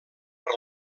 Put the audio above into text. per